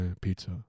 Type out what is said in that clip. pizza